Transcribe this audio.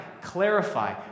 clarify